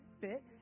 fit